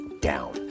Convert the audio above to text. down